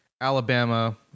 Alabama